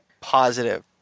Positive